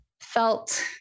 felt